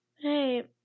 hey